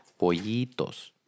Pollitos